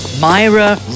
Myra